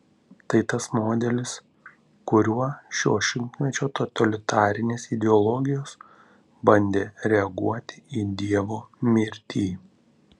tai tas modelis kuriuo šio šimtmečio totalitarinės ideologijos bandė reaguoti į dievo mirtį